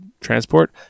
transport